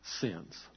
sins